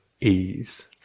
ease